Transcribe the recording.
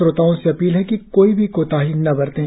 श्रोताओं से अपील है कि कोई भी कोताही न बरतें